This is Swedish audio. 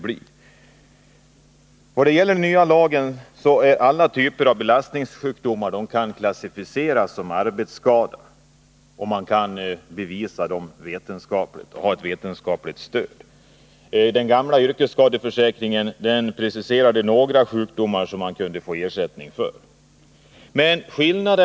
Enligt den nya lagen kan alla typer av belastningssjukdomar klassificeras som yrkesskada, om man kan bevisa dem med vetenskapligt stöd. Den gamla yrkesskadeförsäkringen preciserade några sjukdomar som man kunde få ersättning för.